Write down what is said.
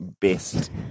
best